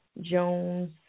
Jones